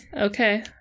Okay